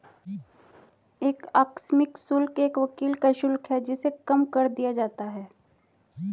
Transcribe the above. एक आकस्मिक शुल्क एक वकील का शुल्क है जिसे कम कर दिया जाता है